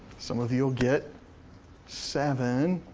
some of you will get seven,